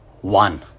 one